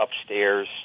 upstairs